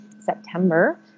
September